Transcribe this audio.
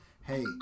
Hey